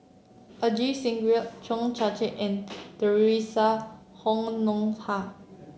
Ajit Singh Gill Cheo Chai Chi and Theresa Honoha